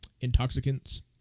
intoxicants